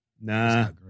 Nah